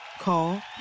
Call